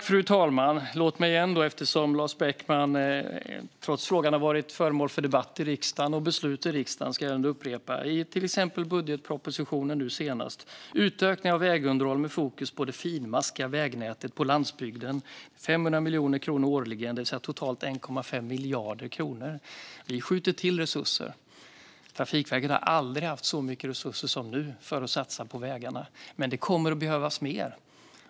Fru talman! Låt mig, trots att frågan har varit föremål för debatt och beslut i riksdagen, upprepa vad som sagts, till exempel i samband med den senaste budgetpropositionen: utökning av vägunderhåll med fokus på det finmaskiga vägnätet på landsbygden med 500 miljoner kronor årligen, det vill säga totalt 1,5 miljarder kronor. Vi skjuter till resurser. Trafikverket har aldrig haft så mycket resurser som nu för att satsa på vägarna. Men det kommer att behövas mer.